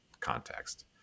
context